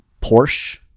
Porsche